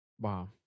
Wow